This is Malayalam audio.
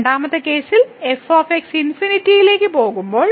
രണ്ടാമത്തെ കേസിൽ f ∞ ലേക്ക് പോകുമ്പോൾ